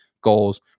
goals